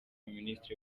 minisitiri